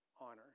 honor